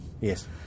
Yes